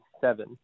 seven